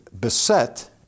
beset